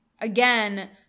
again